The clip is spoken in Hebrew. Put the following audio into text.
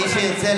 מי שירצה,